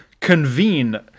convene